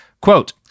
Quote